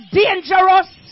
dangerous